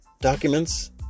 documents